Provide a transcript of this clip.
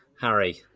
Harry